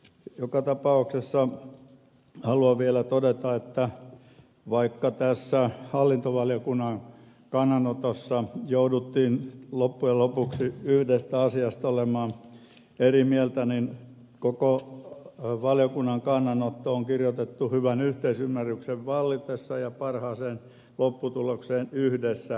joka tapauksessa haluan vielä todeta että vaikka tässä hallintovaliokunnan kannanotossa jouduttiin loppujen lopuksi yhdestä asiasta olemaan eri mieltä koko valiokunnan kannanotto on kirjoitettu hyvän yhteisymmärryksen vallitessa ja parhaaseen lopputulokseen yhdessä pyrkimällä